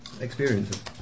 experiences